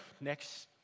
next